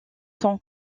sont